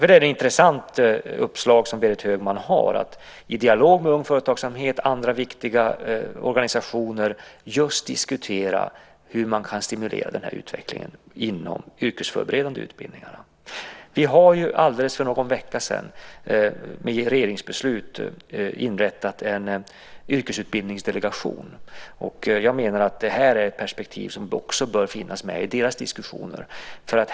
Det är ett intressant uppslag som Berit Högman har, att i dialog med Ung Företagsamhet och andra viktiga organisationer just diskutera hur man kan stimulera den här utvecklingen inom de yrkesförberedande utbildningarna. Vi har för någon vecka sedan genom ett regeringsbeslut inrättat en yrkesutbildningsdelegation. Jag menar att det är ett perspektiv som bör finnas med i deras diskussion.